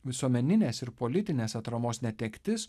visuomeninės ir politinės atramos netektis